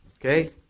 Okay